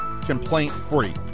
complaint-free